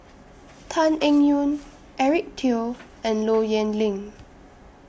Tan Eng Yoon Eric Teo and Low Yen Ling